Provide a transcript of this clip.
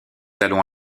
allons